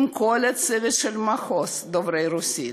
עם כל הצוות של המחוז דוברי רוסית,